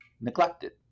neglected